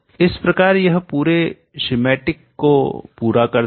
इस प्रकार यह पूरे सेमेटिक को पूरा करता है